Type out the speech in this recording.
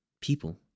People